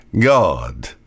God